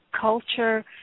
culture